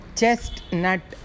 Chestnut